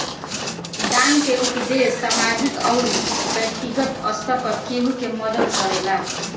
दान के उपदेस सामाजिक अउरी बैक्तिगत स्तर पर केहु के मदद करेला